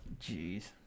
Jeez